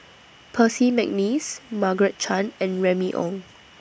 Percy Mcneice Margaret Chan and Remy Ong